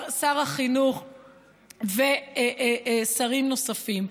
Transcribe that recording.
שר החינוך ושרים נוספים.